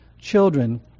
children